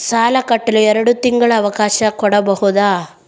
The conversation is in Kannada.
ಸಾಲ ಕಟ್ಟಲು ಎರಡು ತಿಂಗಳ ಅವಕಾಶ ಕೊಡಬಹುದಾ?